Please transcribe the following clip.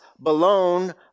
balone